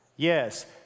Yes